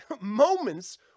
moments